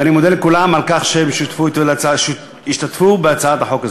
ואני מודה לכולם על כך שהם השתתפו בהצעת החוק הזאת.